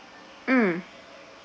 mm